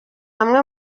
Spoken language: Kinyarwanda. amwe